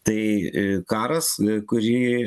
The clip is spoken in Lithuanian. tai karas kurį